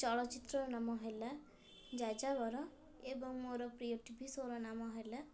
ଚଳଚ୍ଚିତ୍ରର ନାମ ହେଲା ଯାଯାବର ଏବଂ ମୋର ପ୍ରିୟ ଟି ଭି ସୋର ନାମ ହେଲା